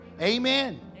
Amen